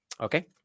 Okay